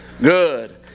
good